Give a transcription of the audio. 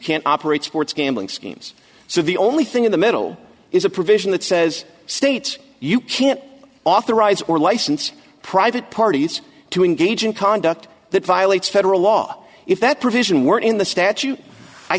can't operate sports gambling schemes so the only thing in the middle is a provision that says states you can't authorize or license private parties to engage in conduct that violates federal law if that provision were in the statute i